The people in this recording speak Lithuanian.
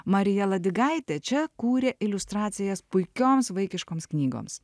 marija ladigaitė čia kūrė iliustracijas puikioms vaikiškoms knygoms